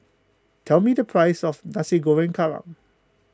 tell me the price of Nasi Goreng Kerang